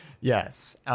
Yes